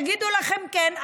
והם יגידו לכם כן,